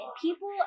people